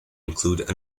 include